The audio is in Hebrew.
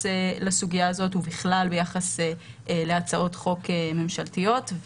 לסוגיה הזאת ובכלל ביחס להצעות חוק ממשלתיות.